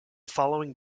following